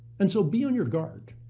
and so be on your guard,